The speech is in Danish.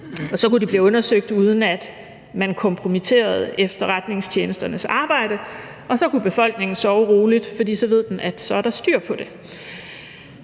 og så kunne det blive undersøgt, uden at man kompromitterede efterretningstjenesternes arbejde, og så kunne befolkningen sove roligt, fordi man så vidste, at der var styr på det.